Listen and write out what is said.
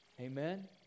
Amen